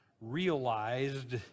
realized